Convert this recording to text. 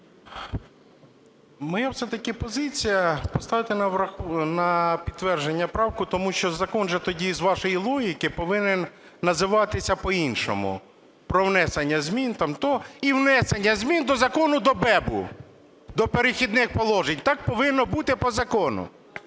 Моя все-таки позиція поставити на підтвердження правку, тому що закон же тоді, з вашої логіки, повинен називатися по-іншому: про внесення змін там... і внесення змін до Закону про БЕБ до "Перехідних положень". Так повинно бути по закону.